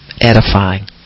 edifying